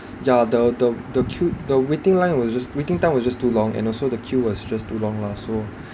ya the the the que~ the waiting line was just waiting time was just too long and also the queue was just too long lah so